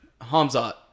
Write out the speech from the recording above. Hamzat